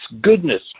goodness